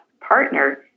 partner